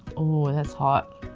woo, that's hot